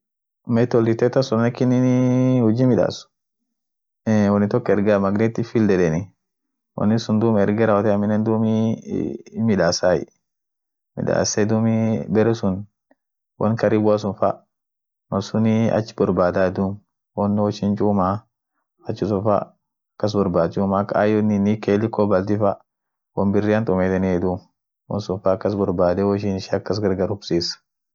Humidifidern sunii ak in huji midaas, eeh woni galakisai bisaan, bisaanif iyoo kaban kideyo, lakisai kilesiit galakisai malin galakiseet duumi womidaasai won ak virusi aminen wogosa, aninen sisas fa wonsun punguuz, akas huji midaas.